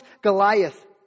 Goliath